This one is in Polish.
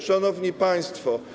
Szanowni Państwo!